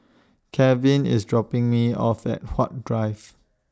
Calvin IS dropping Me off At Huat Drives